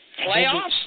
Playoffs